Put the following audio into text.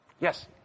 Yes